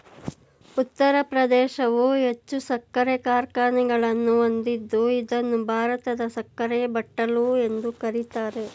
ಉತ್ತರ ಪ್ರದೇಶವು ಹೆಚ್ಚು ಸಕ್ಕರೆ ಕಾರ್ಖಾನೆಗಳನ್ನು ಹೊಂದಿದ್ದು ಇದನ್ನು ಭಾರತದ ಸಕ್ಕರೆ ಬಟ್ಟಲು ಎಂದು ಕರಿತಾರೆ